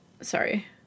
Sorry